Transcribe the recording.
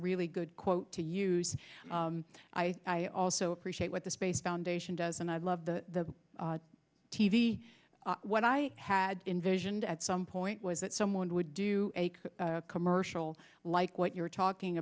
really good quote to use i also appreciate what the space foundation does and i love the evy what i had envisioned at some point was that someone would do a commercial like what you're talking